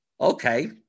Okay